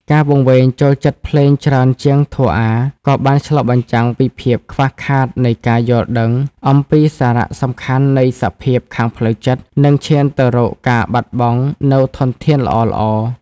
ការវង្វេងចូលចិត្តភ្លេងច្រើនជាងធម៌អាថ៌ ក៏បានឆ្លុះបញ្ចាំងពីភាពខ្វះខាតនៃការយល់ដឹងអំពីសារៈសំខាន់នៃសភាពខាងផ្លូវចិត្ត និងឈានទៅរកការបាត់បងនូវធនធានល្អៗ។